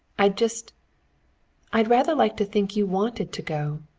i'd just i'd rather like to think you wanted to go.